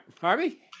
Harvey